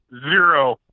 zero